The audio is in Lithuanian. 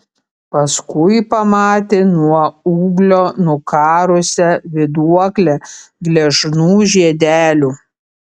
paskui pamatė nuo ūglio nukarusią vėduoklę gležnų žiedelių